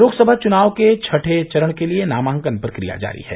लोकसभा चुनाव के छठें चरण के लिये नामांकन प्रक्रिया जारी है